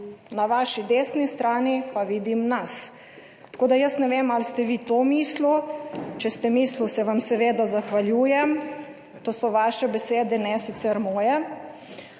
na vaši desni strani pa vidim nas, tako da jaz ne vem ali ste vi to mislil. Če ste mislil, se vam seveda zahvaljujem. To so vaše besede, ne sicer moje.